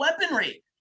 weaponry